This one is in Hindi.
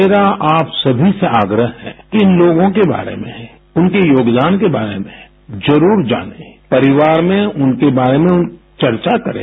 मेरा आप सभी से आग्रह है कि इन लोगों के बारे में उनके योगदान के बारे में जरुर जानें परिवार में उनके बारे में चर्चा करें